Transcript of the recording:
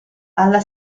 alla